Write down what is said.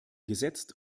gesetzt